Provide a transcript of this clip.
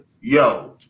yo –